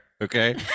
okay